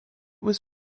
was